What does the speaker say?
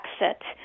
exit